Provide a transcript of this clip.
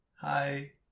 Hi